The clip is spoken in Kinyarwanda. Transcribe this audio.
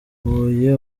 huye